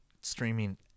streaming